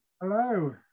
Hello